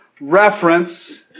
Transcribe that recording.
reference